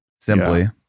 simply